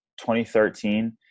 2013